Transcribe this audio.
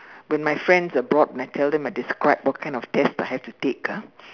but when my friends abroad when I tell them I describe what kind of test I have to take ah